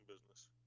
business